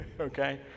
okay